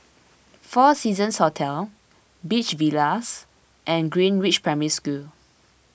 four Seasons Hotel Beach Villas and Greenridge Primary School